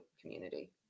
community